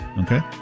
Okay